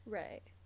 right